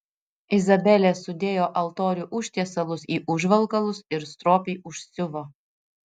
izabelė sudėjo altorių užtiesalus į užvalkalus ir stropiai užsiuvo